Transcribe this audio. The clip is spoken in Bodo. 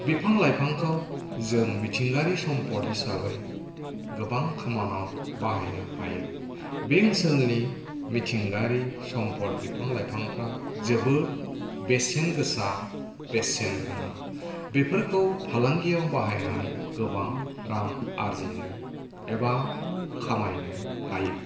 बिफां लाइफांखौ जों मिथिंगानि सम्पद हिसाबै गोबां खामानाव बाहायनो हायो बे ओनसोलनि मिथिंगायारि सम्पद बिफां लाइफांफ्रा जोबोद बेसेन गोसा बेसेन गोनां बेफोरखौ फालांगिआव बाहायनानै गोबां रां आरजिनो एबा खामायनो हायो